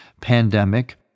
pandemic